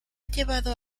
llevado